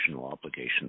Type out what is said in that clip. obligations